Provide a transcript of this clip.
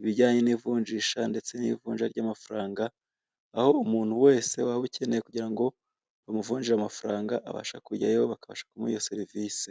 ibijyanye n'ivunjisha ndetse n'ivunja ry'amafaranga aho buri muntu wese waba ukeneye kugira ngo bamuvunjire amafaranga abasha kujyayo bakabasha kumuha iyo serivise.